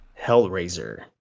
Hellraiser